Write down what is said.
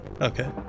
Okay